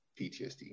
PTSD